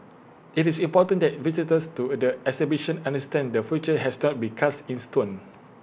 IT is important that visitors to the exhibition understand the future has not been cast in stone